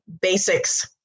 basics